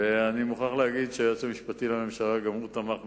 ואני מוכרח להגיד שגם היועץ המשפטי לממשלה תמך בכך,